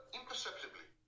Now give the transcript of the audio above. imperceptibly